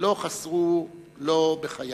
לא חסרו לו בחייו.